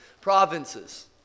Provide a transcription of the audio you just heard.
provinces